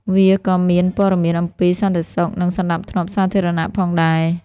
វាក៏មានព័ត៌មានអំពី សន្តិសុខ និងសណ្ដាប់ធ្នាប់សាធារណៈ ផងដែរ។